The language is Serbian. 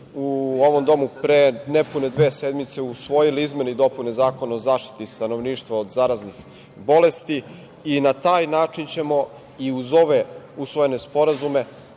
u ovom domu pre nepune dve sedmice usvojili izmene i dopune Zakona o zaštiti stanovništva od zaraznih bolesti i na taj način ćemo, i uz ove usvojene sporazume,